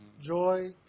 Joy